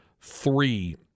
three